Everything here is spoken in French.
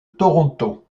toronto